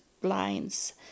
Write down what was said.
blinds